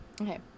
Okay